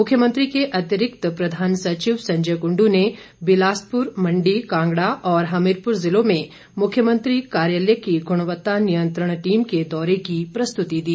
मुख्यमंत्री के अतिरिक्त प्रधान सचिव संजय कुंडु ने बिलासपुर मण्डी कांगड़ा और हमीरपुर जिलों में मुख्यमंत्री कार्यालय की गुणवत्ता नियंत्रण टीम के दौरे की प्रस्तुति दी